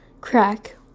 crack